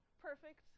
perfect